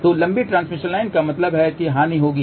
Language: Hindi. तो लंबी ट्रांसमिशन लाइन का मतलब है कि हानि होगी